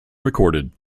recorded